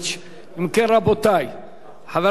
אני מבין שמשכת את כל ההסתייגויות שלך.